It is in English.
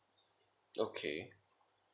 okay